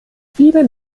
vielen